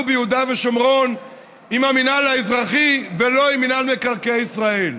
ביהודה ושומרון עם המינהל האזרחי ולא עם מינהל מקרקעי ישראל.